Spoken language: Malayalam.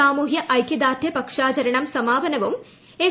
സാമൂഹ്യ ഐക്യദാർഢ്യപക്ഷാചരണം സമാപനവും എസ്